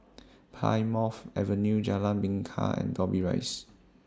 Plymouth Avenue Jalan Bingka and Dobbie Rise